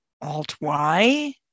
Alt-Y